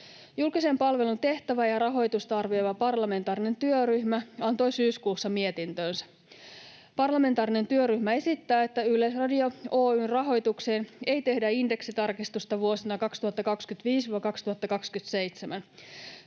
Julkisen palvelun tehtävää ja rahoitusta arvioiva parlamentaarinen työryhmä antoi syyskuussa mietintönsä. Parlamentaarinen työryhmä esittää, että Yleisradio Oy:n rahoitukseen ei tehdä indeksitarkistusta vuosina 2025—2027.